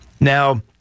Now